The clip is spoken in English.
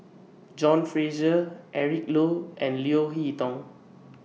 John Fraser Eric Low and Leo Hee Tong